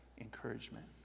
encouragement